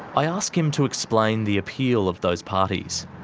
i ask him to explain the appeal of those parties.